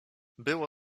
było